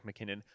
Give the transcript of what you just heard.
McKinnon